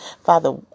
Father